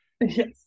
Yes